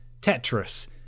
Tetris